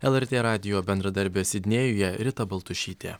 lrt radijo bendradarbė sidnėjuje rita baltušytė